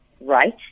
right